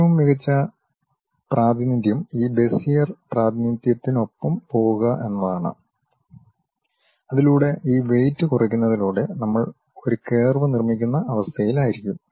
ഏറ്റവും മികച്ച പ്രാതിനിധ്യം ഈ ബെസിയർ പ്രാതിനിധ്യത്തിനൊപ്പം പോകുക എന്നതാണ് അതിലൂടെ ഈ വെയിറ്റ് കുറയ്ക്കുന്നതിലൂടെ നമ്മൾ ഒരു കർവ് നിർമ്മിക്കുന്ന അവസ്ഥയിലായിരിക്കും